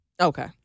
Okay